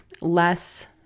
less